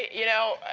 you know,